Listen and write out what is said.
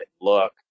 look